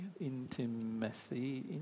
Intimacy